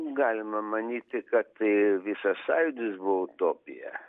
galima manyti kad tai visas sąjūdis buvo utopija